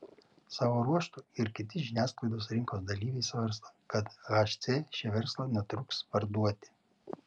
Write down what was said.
savo ruožtu ir kiti žiniasklaidos rinkos dalyviai svarsto kad hc šį verslą netruks parduoti